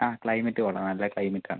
ആ ക്ലൈമറ്റ് കൊള്ളാം നല്ല ക്ലൈമറ്റാണ്